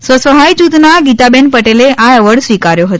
સ્વસહાય જૂથના ગીતાબેન પટેલે આ એવોર્ડ સ્વીકાર્યો હતો